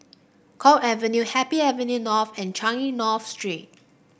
Guok Avenue Happy Avenue North and Changi North Street